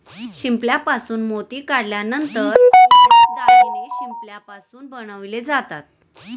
शिंपल्यापासून मोती काढल्यानंतर अनेक दागिने शिंपल्यापासून बनवले जातात